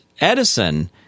Edison